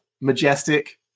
majestic